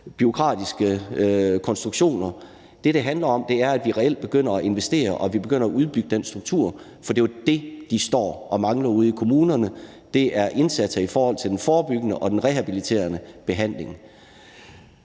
bureaukratiske konstruktioner. Det, det handler om, er, at vi reelt begynder at investere, og at vi begynder at udbygge den struktur, for det, de står og mangler ude i kommunerne, er jo indsatser i forhold til den forebyggende og den rehabiliterende behandling.